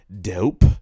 dope